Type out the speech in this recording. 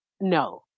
no